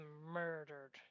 murdered